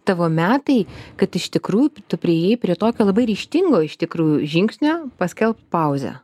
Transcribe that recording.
tavo metai kad iš tikrųjų tu priėjai prie tokio labai ryžtingo iš tikrųjų žingsnio paskelbt pauzę